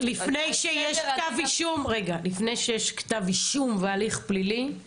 לפני שיש כתב אישום בהליך פלילי,